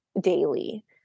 daily